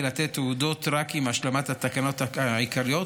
לתת תעודות רק עם השלמת התקנת התקנות העיקריות,